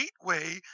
gateway